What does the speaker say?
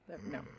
No